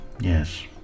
Yes